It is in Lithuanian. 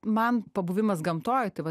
man pabuvimas gamtoj tai va